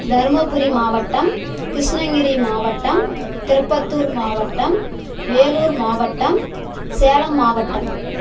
தருமபுரி மாவட்டம் கிருஷ்ணங்கிரி மாவட்டம் திருப்பத்தூர் மாவட்டம் வேலூர் மாவட்டம் சேலம் மாவட்டம்